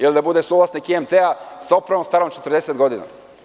Ili da bude suvlasnik IMT, sa opremom starom 40 godina?